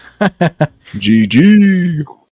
GG